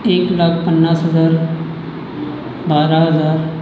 तीन लाख पन्नास हजार बारा हजार